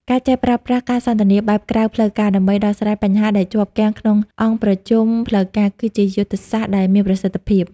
ការចេះប្រើប្រាស់ "ការសន្ទនាបែបក្រៅផ្លូវការ" ដើម្បីដោះស្រាយបញ្ហាដែលជាប់គាំងក្នុងអង្គប្រជុំផ្លូវការ គឺជាយុទ្ធសាស្ត្រ ដែលមានប្រសិទ្ធភាព។